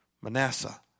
Manasseh